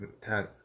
ten